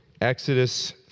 Exodus